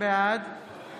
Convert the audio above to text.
בעד